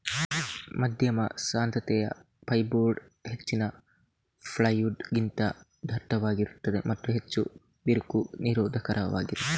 ಮಧ್ಯಮ ಸಾಂದ್ರತೆಯ ಫೈರ್ಬೋರ್ಡ್ ಹೆಚ್ಚಿನ ಪ್ಲೈವುಡ್ ಗಿಂತ ದಟ್ಟವಾಗಿರುತ್ತದೆ ಮತ್ತು ಹೆಚ್ಚು ಬಿರುಕು ನಿರೋಧಕವಾಗಿದೆ